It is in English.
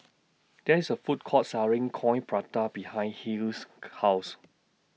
There IS A Food Court Selling Coin Prata behind Hill's House